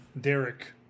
Derek